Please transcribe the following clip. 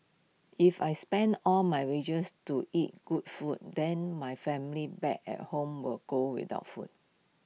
if I spend all my wages to eat good food then my family back at home will go without food